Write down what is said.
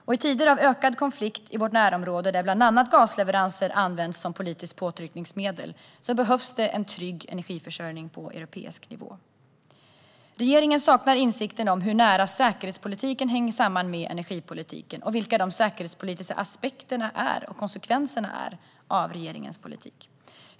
I tider av ökad konflikt i vårt närområde, där bland annat gasleveranser används som politiskt påtryckningsmedel, behövs det en trygg energiförsörjning på europeisk nivå. Regeringen saknar insikt om hur nära säkerhetspolitiken hänger samman med energipolitiken och vilka de säkerhetspolitiska aspekterna och konsekvenserna av regeringens politik är.